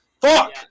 fuck